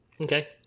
Okay